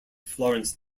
florence